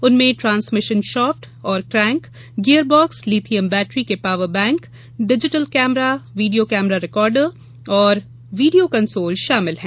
उनमें transmission shaft और crank gear box lithium battery के power bank digital camera video camera recorder और video console शामिल हैं